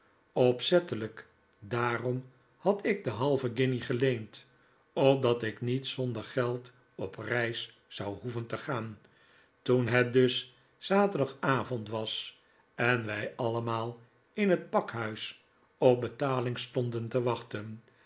daarpm had ik de halve guinje geleend opdat ik niet zonder geld op reis zou hoeven te gaan toen het dus zaterdagavond was en wij allemaal in het pakhuis op betaling stonden te wachten